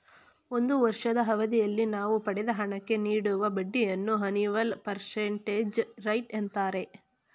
ಒಂದು ವರ್ಷದ ಅವಧಿಯಲ್ಲಿ ನಾವು ಪಡೆದ ಹಣಕ್ಕೆ ನೀಡುವ ಬಡ್ಡಿಯನ್ನು ಅನಿವಲ್ ಪರ್ಸೆಂಟೇಜ್ ರೇಟ್ ಅಂತಾರೆ